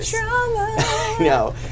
No